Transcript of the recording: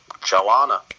Joanna